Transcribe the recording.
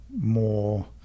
more